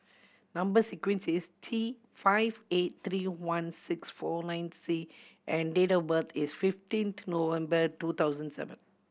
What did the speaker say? number sequence is T five eight three one six four nine C and date of birth is fifteenth November two thousand seven